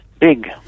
big